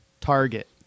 Target